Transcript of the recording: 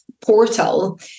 portal